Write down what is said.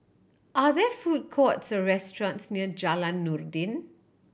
are there food courts or restaurants near Jalan Noordin